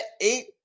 eight